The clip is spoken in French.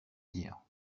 dire